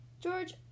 George